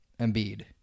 Embiid